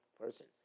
person